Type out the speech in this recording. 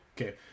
Okay